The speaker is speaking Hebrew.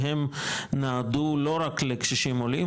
שהם נועדו לא רק לקשישים עולים,